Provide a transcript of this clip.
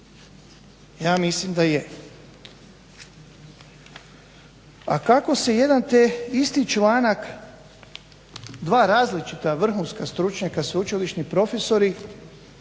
Ja mislim da je. A kako se jedan te isti članak, dva različita vrhunska stručnjaka sveučilišni profesori